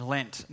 Lent